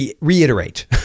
reiterate